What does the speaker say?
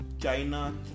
China